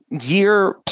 year